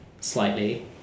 slightly